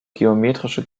geometrische